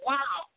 Wow